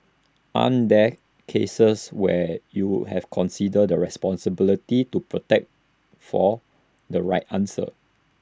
aren't there cases where you have considered the responsibility to protect for the right answer